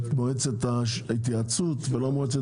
מועצת ההתייעצות, לא יודע איך קוראים